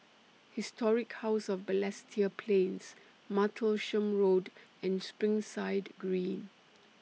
Historic House of Balestier Plains Martlesham Road and Springside Green